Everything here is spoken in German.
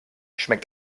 schmeckt